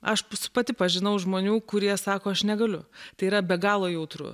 aš pati pažinau žmonių kurie sako aš negaliu tai yra be galo jautru